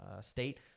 state